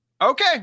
okay